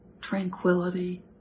tranquility